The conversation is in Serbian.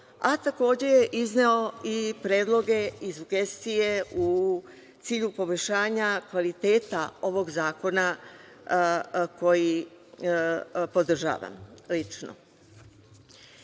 a takođe je izneo i predloge i sugestije u cilju poboljšanja kvaliteta ovog zakona koji podržavam lično. Srbija